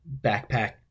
backpack